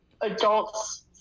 adults